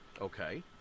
Okay